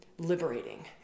liberating